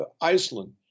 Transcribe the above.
Iceland